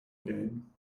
again